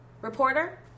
reporter